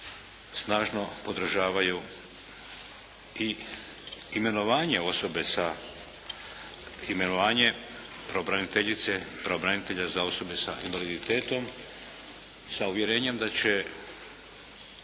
snažno podržavaju i imenovanje osobe sa, imenovanje pravobraniteljice, pravobranitelja za osobe sa invaliditetom sa uvjerenjem da će